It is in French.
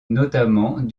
notamment